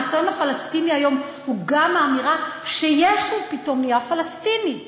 הניסיון הפלסטיני היום הוא גם האמירה שישו פתאום נהיה פלסטיני.